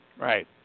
Right